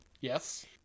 Yes